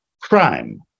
Crime